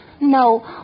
No